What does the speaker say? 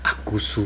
hakushu